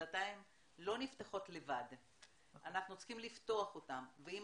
הדלתות לא נפתחות לבד אלא אנחנו צריכים לפתוח אותן ואם